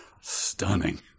Stunning